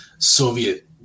Soviet